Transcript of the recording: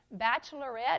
Bachelorette